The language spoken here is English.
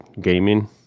gaming